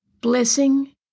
blessing